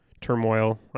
turmoil